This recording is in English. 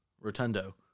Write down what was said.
Rotundo